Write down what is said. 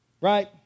Right